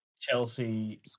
Chelsea